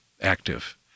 active